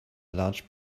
large